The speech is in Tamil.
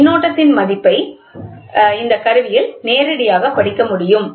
மின்னோட்டத்தின் மதிப்பை இந்த கருவியில் நேரடியாக படிக்க முடியும்